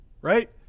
Right